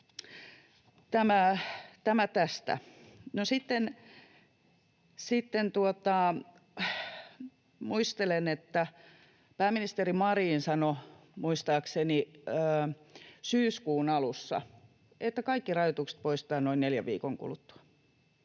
muistelen, että pääministeri Marin sanoi muistaakseni syyskuun alussa, että kaikki rajoitukset poistetaan noin neljän viikon kuluttua.